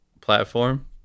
platform